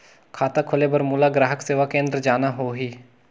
खाता खोले बार मोला ग्राहक सेवा केंद्र जाना होही?